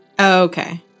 Okay